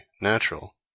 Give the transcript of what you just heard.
natural